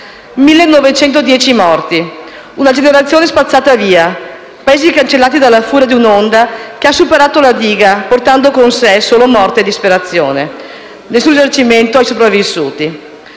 1.910 morti, una generazione spazzata via, paesi cancellati dalla furia di un'onda che ha superato la diga portando con se solo morte e disperazione; nessun risarcimento ai sopravvissuti.